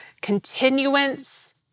continuance